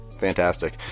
Fantastic